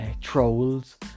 trolls